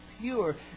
pure